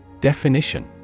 Definition